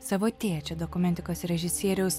savo tėčio dokumentikos režisieriaus